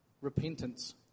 repentance